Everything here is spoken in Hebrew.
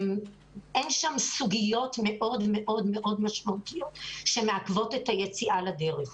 אין שם סוגיות מאוד משמעותיות שמעכבות את היציאה לדרך.